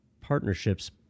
partnerships